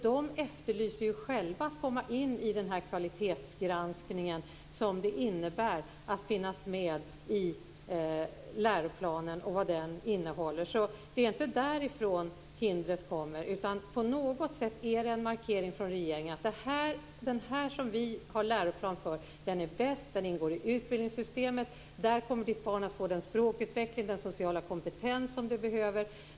De efterlyser själva en möjlighet att få komma in i den kvalitetsgranskning som det innebär att finnas med i läroplanen. Hindret finns alltså inte där, utan på något sätt är det en markering från regeringen. Man säger att den barnomsorg som man har läroplan för är den bästa. Den ingår i utbildningssystemet, där kommer ditt barn att få den språkutveckling och den sociala kompetens som det behöver.